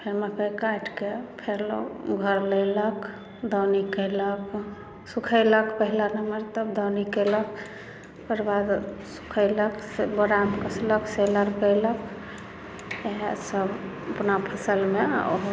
फेर काटिके फेर घर लैलक दौनी कैलक सुखेलक पहिला नंबर तब दौनी कैलक ओकर बाद सुखैलक बोरा मे कसलक सेल आर कैलक एहे सब अपना फसल मे